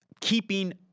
keeping